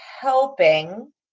helping